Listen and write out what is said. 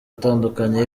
atandukanye